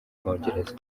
bwongereza